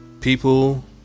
people